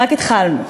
רק התחלנו.